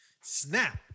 snap